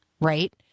Right